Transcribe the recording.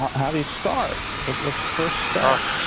have a start but was the first step